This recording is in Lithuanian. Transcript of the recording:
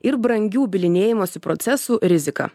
ir brangių bylinėjimosi procesų riziką